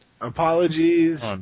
Apologies